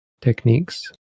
techniques